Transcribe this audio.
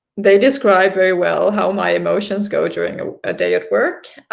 they described very well how my emotions go during um a day at work.